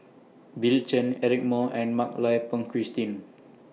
Bill Chen Eric Moo and Mak Lai Peng Christine